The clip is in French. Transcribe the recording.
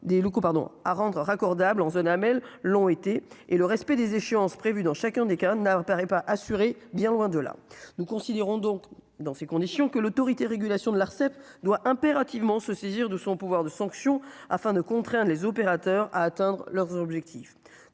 des locaux pardon à rendre raccordables en zone Amel l'ont été et le respect des échéances prévues dans chacun des cas n'apparaît pas assuré, bien loin de là, nous considérons donc dans ces conditions que l'Autorité régulation de l'Arcep doit impérativement se saisir de son pouvoir de sanction afin de contraindre les opérateurs à atteindre leurs objectifs,